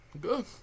Good